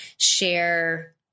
share